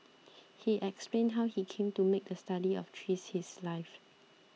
he explained how he came to make the study of trees his life